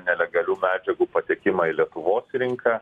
nelegalių medžiagų patekimą į lietuvos rinką